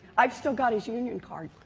i've still got his union card.